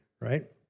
right